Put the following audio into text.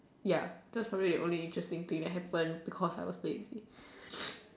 ya that's probably the only interesting thing that happened because I was lazy